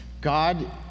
God